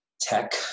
tech